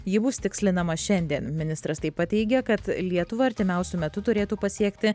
ji bus tikslinama šiandien ministras taip pat teigė kad lietuvą artimiausiu metu turėtų pasiekti